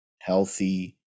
healthy